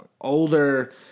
older